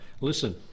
listen